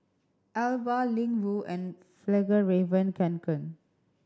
Alba Ling Wu and Fjallraven Kanken